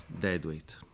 deadweight